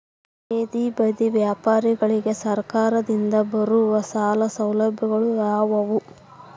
ಬೇದಿ ಬದಿ ವ್ಯಾಪಾರಗಳಿಗೆ ಸರಕಾರದಿಂದ ಬರುವ ಸಾಲ ಸೌಲಭ್ಯಗಳು ಯಾವುವು?